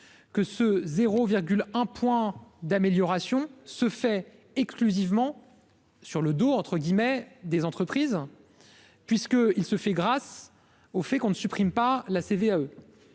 que ce 0,1 point d'amélioration se fait exclusivement sur le dos, entre guillemets, des entreprises puisque il se fait grâce au fait qu'on ne supprime pas la CVAE